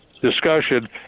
Discussion